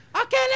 Okay